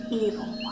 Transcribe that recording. evil